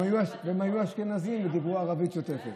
הם היו אשכנזים ודיברו ערבית שוטפת.